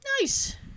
Nice